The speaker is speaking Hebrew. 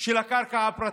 של הקרקע הפרטית.